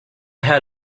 had